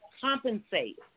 compensate